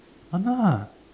!hanna!